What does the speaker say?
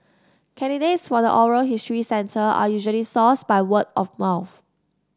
candidates for the oral history center are usually sourced by word of mouth